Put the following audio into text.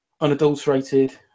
unadulterated